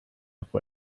for